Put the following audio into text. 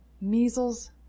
measles